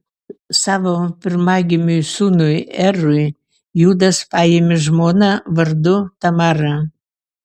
savo pirmagimiui sūnui erui judas paėmė žmoną vardu tamara